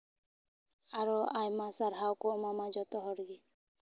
ᱟᱨᱚ ᱟᱭᱢᱟ ᱥᱟᱨᱦᱟᱣ ᱠᱚ ᱮᱢᱟᱢᱟ ᱡᱚᱛᱚ ᱦᱚᱲᱜᱮ